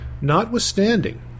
notwithstanding